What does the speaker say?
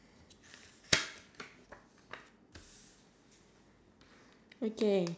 but I think it's just impossible like the actress and singer I think it's just just like impossible